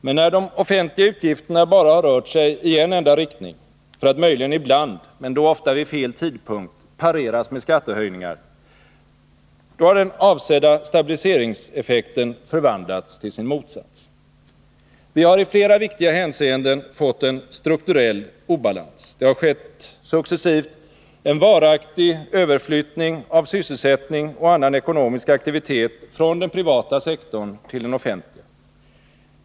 Men när de offentliga utgifterna bara har rört sig i en enda riktning för att möjligen ibland, men då ofta vid fel tidpunkt, pareras med skattehöjningar har den avsedda stabiliseringseffekten förvandlats till sin motsats. Vi har i flera viktiga hänseenden fått en strukturell obalans. Det har successivt skett en varaktig överflyttning av sysselsättning och annan ekonomisk aktivitet från den privata sektorn till den offentliga.